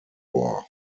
war